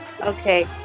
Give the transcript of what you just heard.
okay